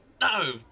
No